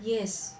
yes